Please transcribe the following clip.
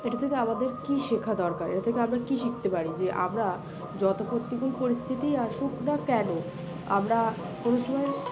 এটা থেকে আমাদের কী শেখা দরকার এটা থেকে আমরা কী শিখতে পারি যে আমরা যত প্রতিকূল পরিস্থিতি আসুক না কেন আমরা কোনো সময়